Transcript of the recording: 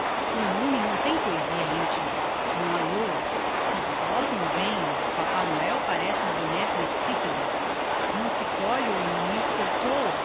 o lume não tem poesia intima não ha lôas santo claus não vem o papá natal parece um boneco insipido não se colhe o